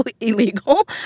illegal